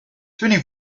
tenez